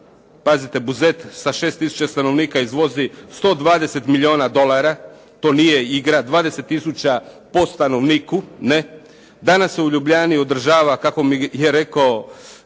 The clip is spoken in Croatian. Pazite, Buzet sa 6 tisuća stanovnika izvozi 120 milijuna dolara. To nije igra. 20 tisuća po stanovniku. Danas se u Ljubljani održava, kako mi je rekao